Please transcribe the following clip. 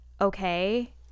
okay